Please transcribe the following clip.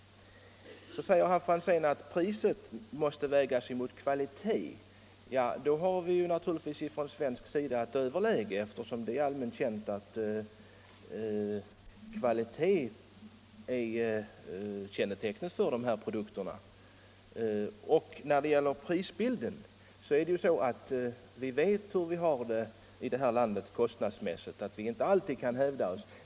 Herr Franzén anför att priset måste vägas mot kvaliteten. Då har Sverige naturligtvis ett övertag, eftersom det är allmänt känt att kvalitet är kännetecknet för våra produkter. När det gäller prisbilden vet vi hur vi kostnadsmässigt har det i detta land. Vi kan inte alltid hävda oss.